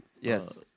yes